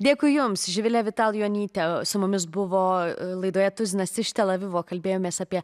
dėkui joms živile avital juonyte su mumis buvo laidoje tuzinas iš telavivo kalbėjomės apie